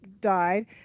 died